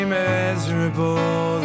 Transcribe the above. miserable